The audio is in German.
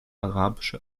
arabische